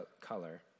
color